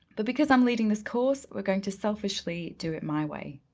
but because i'm leading this course, we're going to selfishly do it my way.